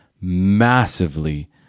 massively